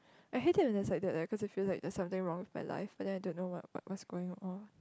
I hate it when there's like that leh cause you feel like there's something wrong with my life but I don't know what what's going on